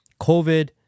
COVID